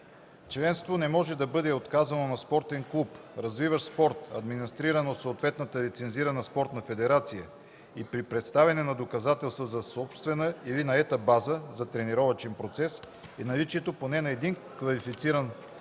„Членство не може да бъде отказано на спортен клуб, развиващ спорт, администриран от съответната лицензирана спортна федерация, и при представяне на доказателства за собствена или наета база за тренировъчен процес и наличието на поне един квалифициран